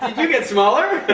ah you get smaller?